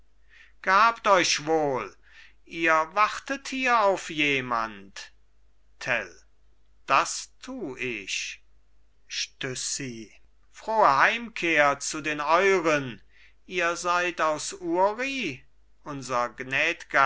gehabt euch wohl ihr wartet hier auf jemand tell das tu ich stüssi frohe heimkehr zu den euren ihr seid aus uri unser